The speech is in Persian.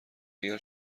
اگر